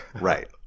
Right